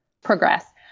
progress